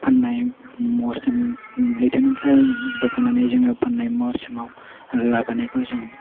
फाननाय लैथोनिफ्राय बोखांनानै जोङो फाननाय सिमाव लाबोनायखौ जों